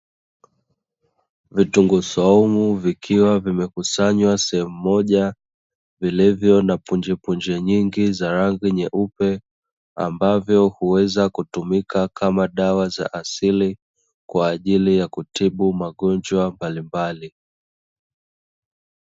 Vitunguu swaumu zikiwa vimekusanywa sehemu moja vilivyo na punje punje nyingi za rangi nyeupe, ambavyo huweza kutumika kama dawa za asili kwa ajili ya kutibu magonjwa mbalimbali.